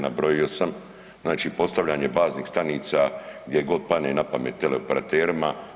Nabrojao sam, znači postavljanje baznih stanica gdje god padne na pamet teleoperaterima.